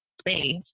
space